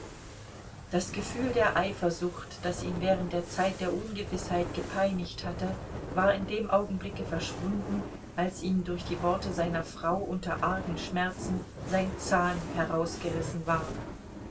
das gefühl der eifersucht das ihn während der zeit der ungewißheit gepeinigt hatte war in dem augenblicke verschwunden als ihm durch die worte seiner frau unter argen schmerzen sein zahn herausgerissen war